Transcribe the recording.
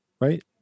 right